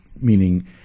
meaning